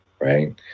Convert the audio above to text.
right